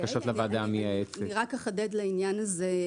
אוקיי, אני רק אחדד לעניין הזה.